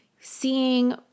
seeing